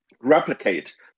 replicate